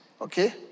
Okay